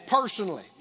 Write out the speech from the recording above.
personally